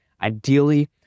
ideally